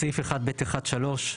בסעיף 1(ב1)(3),